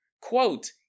quote